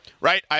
right